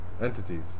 entities